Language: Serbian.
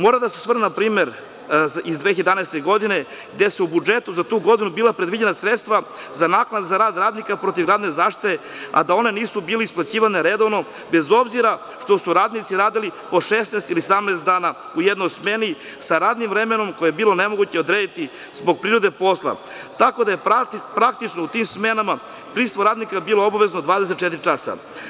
Moram da se osvrnem na primer iz 2011. godine, gde su u budžetu za tu godinu bila predviđena sredstva za naknadu za rad radnika protivgradne zaštite, a da ona nisu bila isplaćivana redovno, bez obzira što su radnici radili po 16 ili 17 dana u jednoj smeni, sa radnim vremenom koje je bilo nemoguće odrediti zbog prirode posla, tako da je praktično u tim smenama prisustvo radnika bilo obavezno 24 časa.